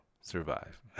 survive